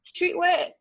streetwear